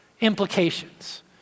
implications